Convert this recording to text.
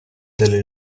delle